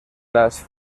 las